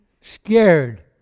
Scared